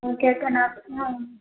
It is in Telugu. ఓకే అక్క నాకు